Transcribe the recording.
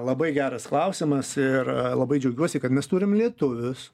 labai geras klausimas ir labai džiaugiuosi kad mes turim lietuvius